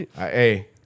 Hey